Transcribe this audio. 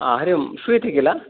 आ हरि ओम् श्रूयते खिल